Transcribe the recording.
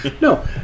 No